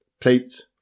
Plates